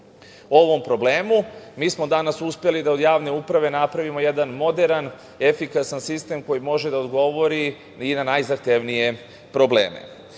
ovom problemu, mi smo danas uspeli da od javne uprave napravimo jedan moderan, efikasan sistem koji može da odgovori i na najzahtevnije probleme. Sve